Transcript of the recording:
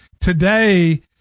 today